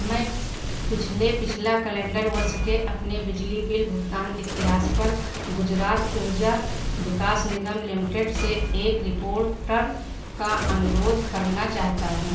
मैं पिछले पिछला कलेन्डर वर्ष के अपने बिजली बिल भुगतान इतिहास पर गुजरात ऊर्जा विकास निगम लिमिटेड से एक रिपोर्टर का अनुरोध करना चाहता हूँ